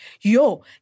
yo